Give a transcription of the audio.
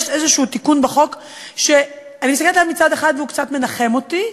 יש איזשהו תיקון בחוק שאני מסתכלת עליו מצד אחד והוא קצת מנחם אותי,